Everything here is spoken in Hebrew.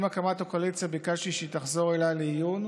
עם הקמת הקואליציה ביקשתי שהיא תחזור אליי לעיון.